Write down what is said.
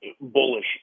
bullish